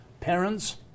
parents